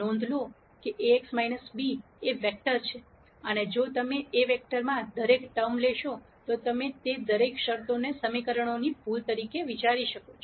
નોંધ લો કે Ax b એ વેક્ટર છે અને જો તમે તે વેક્ટરમાં દરેક ટર્મ લેશો તો તમે તે દરેક શરતોને સમીકરણની ભૂલ તરીકે વિચારી શકો છો